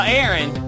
Aaron